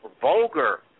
Vulgar